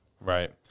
Right